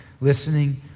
listening